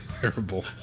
Terrible